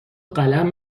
قلم